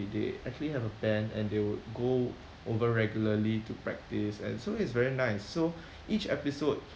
they actually have a band and they would go over regularly to practise and so it's very nice so each episode